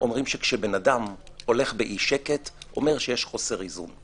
אומרים שכשבן אדם הולך באי שקט זה אומר שיש חוסר איזון.